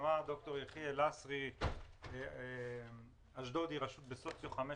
אמר ד"ר יחיאל לסרי שאשדוד היא רשות באשכול סוציו-אקונומי